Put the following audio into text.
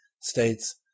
states